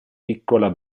piccola